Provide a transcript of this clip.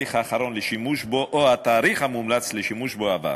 התאריך האחרון לשימוש בו או התאריך המומלץ לשימוש בו עבר.